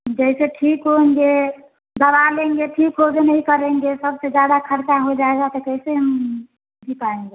जैसे ठीक होंगे दवा लेंगे ठीक होबे नहीं करेंगे सबसे ज़्यादा ख़र्चा हो जाएगा तो कैसे हम जी पाएँगे